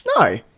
No